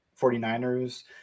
49ers